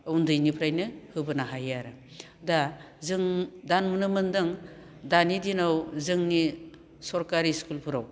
उन्दैनिफ्रायनो होबोनो हायो आरो दा जों दा नुनो मोन्दों दानि दिनाव जोंनि सरखारि स्कुलफोराव